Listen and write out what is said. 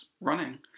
running